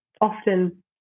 often